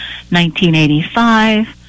1985